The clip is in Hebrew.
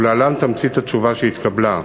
ולהלן תמצית התשובה שהתקבלה: